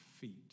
feet